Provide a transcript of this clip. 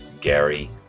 Gary